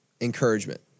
encouragement